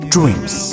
Dreams